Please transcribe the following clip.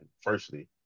firstly